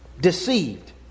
deceived